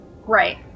right